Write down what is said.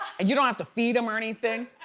and you don't have to feed them or anything.